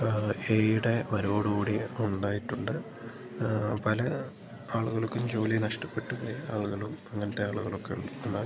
ആ എ ഐയുടെ വരവോടു കൂടി ഉണ്ടായിട്ടുണ്ട് പല ആളുകൾക്കും ജോലി നഷ്ടപ്പെട്ട് പോയ ആളുകളും അങ്ങനത്തെ ആളുകളൊക്കെയുണ്ട് എന്നാൽ